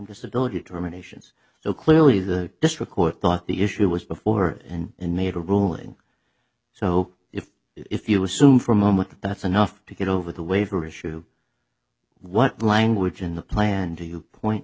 disability terminations so clearly the district court thought the issue was before and made a ruling so if if you assume for a moment that that's enough to get over the way for issue what language in the plan do you point